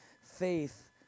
faith